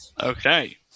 Okay